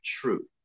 truth